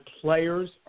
players